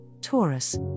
Taurus